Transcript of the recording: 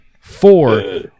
four